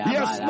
Yes